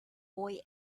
boy